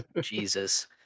Jesus